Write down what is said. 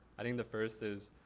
i think the first is,